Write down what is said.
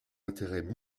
intérêts